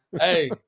Hey